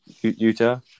Utah